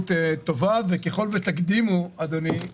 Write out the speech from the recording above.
ככל שתקדימו, אדוני,